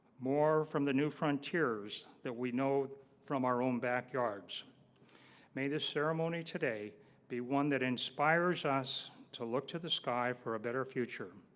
more from the new frontiers that we know from our own backyards may this ceremony today be one that inspires us to look to the sky for a better future